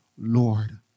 Lord